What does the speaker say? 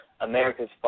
America's